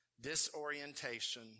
disorientation